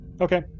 okay